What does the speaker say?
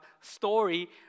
story